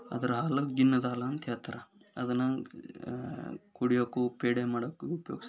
ಅದರ ಹಾಲು ಗಿಣ್ಣದ ಹಾಲು ಅಂತ್ಹೇಳ್ತಾರೆ ಅದನ್ನು ಕುಡಿಯೋಕ್ಕೂ ಪೇಡೆ ಮಾಡಕ್ಕೂ ಉಪ್ಯೋಗಿಸ್ತಾರೆ